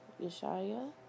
Yeshaya